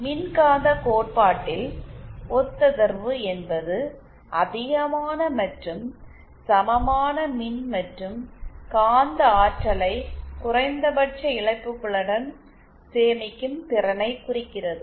மின்காந்த கோட்பாட்டில் ஒத்ததிர்வு என்பது அதிகமான மற்றும் சமமான மின் மற்றும் காந்த ஆற்றலை குறைந்தபட்ச இழப்புகளுடன் சேமிக்கும் திறனைக் குறிக்கிறது